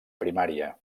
primària